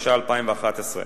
התשע"א 2011,